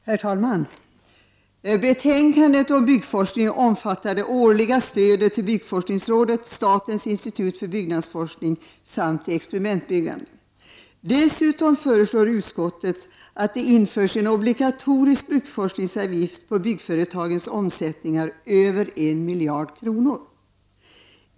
Herr talman! Betänkandet om byggforskning omfattar det årliga stödet till byggforskningsrådet, statens institut för byggnadsforskning samt till experi mentbyggande. Dessutom föreslår utskottet att det införs en obligatorisk byggforskningsavgift på byggföretagens omsättningar över 1 miljard kronor.